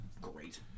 great